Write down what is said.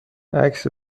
عکس